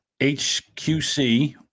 HQC